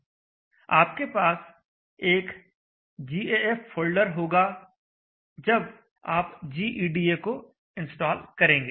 आपके पास एक gaf फोल्डर होगा जब आप gEDA को इंस्टॉल करेंगे